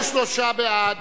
23 בעד